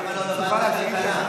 למה לא התייעצת עם תאגידי המוניות?